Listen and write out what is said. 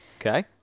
Okay